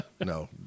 No